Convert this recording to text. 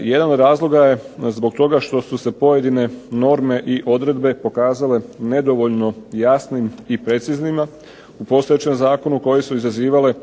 Jedan od razloga je zbog toga što su se pojedine norme i odredbe pokazale nedovoljno jasnim i preciznima u postojećem zakonu koje su izazivale